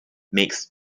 makes